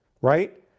Right